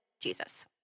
Jesus